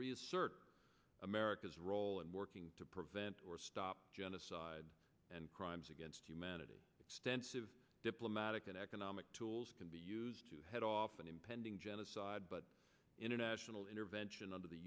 reassert america's role and working to prevent or stop genocide and crimes against humanity stance of diplomatic and economic tools can be used to head off an impending genocide but international intervention under the